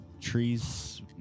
trees